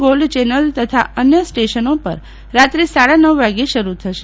gold channel તથા અન્ય સ્ટેશનો પર રાત્રે સાડા નવ વાગ્યે શરૂ થશે